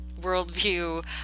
worldview